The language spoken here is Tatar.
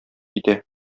китә